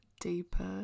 Deeper